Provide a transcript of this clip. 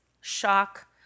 shock